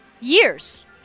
Years